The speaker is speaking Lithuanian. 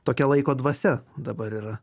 tokia laiko dvasia dabar yra